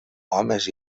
homes